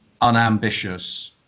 unambitious